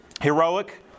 heroic